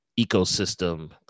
ecosystem